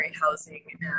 housing